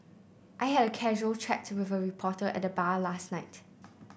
I had a casual chat with a reporter at the bar last night